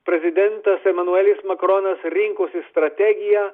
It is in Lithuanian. prezidentas emanuelis makronas rinkosi strategiją